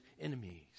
enemies